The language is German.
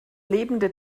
lebende